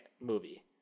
movie